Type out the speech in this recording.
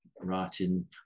writing